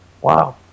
Wow